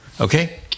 Okay